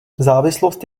závislost